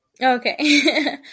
okay